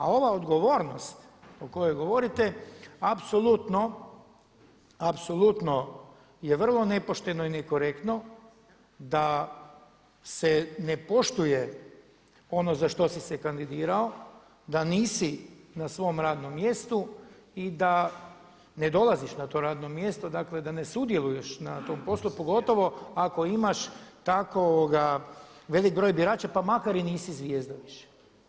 A ova odgovornost o kojoj govorite apsolutno je vrlo nepošteno i nekorektno, da se ne poštuje ono za što si se kandidirao, da nisi na svom radnom mjestu i da ne dolaziš na to radno mjesto, dakle da ne sudjeluješ na tom poslu pogotovo ako imaš takvo velik broj birača pa makar i nisi zvijezda više.